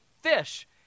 fish